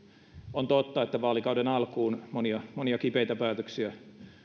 on totta että vaalikauden alkuun monia monia kipeitä päätöksiä